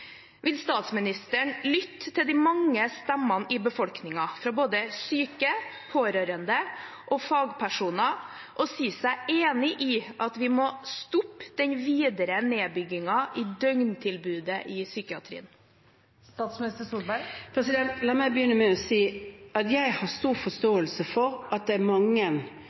Vil statsministeren lytte til de mange stemmene i befolkningen – fra både syke, pårørende og fagpersoner – og si seg enig i at vi må stoppe den videre nedbyggingen av døgntilbudet i psykiatrien? La meg begynne med å si at jeg har stor forståelse for at det er mange